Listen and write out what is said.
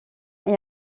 est